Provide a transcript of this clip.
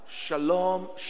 shalom